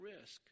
risk